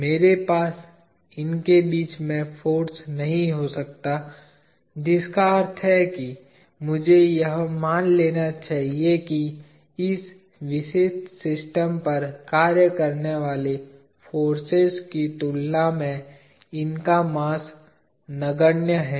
मेरे पास इनके बीच में फाॅर्स नहीं हो सकता जिसका अर्थ है कि मुझे यह मान लेना चाहिए कि इस विशेष सिस्टम पर कार्य करने वाली फोर्सेज की तुलना में इनका मास नगण्य है